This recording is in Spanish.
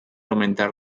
aumentar